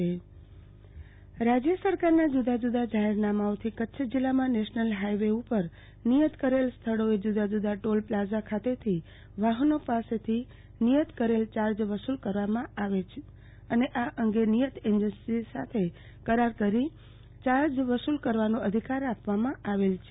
આરતીબેન ભદ્દ toll plaza toll tax રાજ્ય સરકારના જુદા જુદા જાહેરનામાઓથી કચ્છ જિલ્લામાં નેશનલ હાઇવે ઉપર નિયત કરેલ સ્થળોએ જુદા જુદા ટોલ પ્લાઝા ખાતેથી વાહનો પાસેથી નિયત કરેલ ચાર્જ વસુલ કરવામાં આવે છે અને આ અંગે નિયત એજન્સી સાથે કરાર કરી ચાર્જ વસુલ કરવાનો અધિકારી આપવામાં આવેલ છે